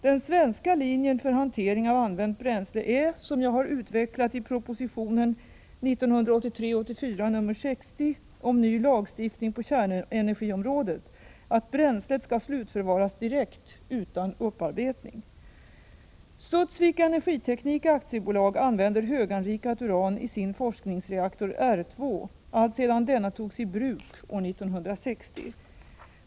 Den svenska linjen för hantering av använt bränsle är, som jag har utvecklat i propositionen om ny lagstiftning på kärnenergiområdet, att bränslet skall slutförvaras direkt, utan upparbetning. Studsvik Energiteknik AB använder höganrikat uran i sin forskningsreaktor R2 alltsedan denna togs i bruk år 1960.